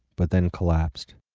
but then collapsed.